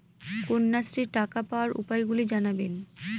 কন্যাশ্রীর টাকা পাওয়ার উপায়গুলি জানাবেন?